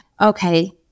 okay